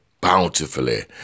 bountifully